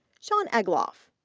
sean egloff,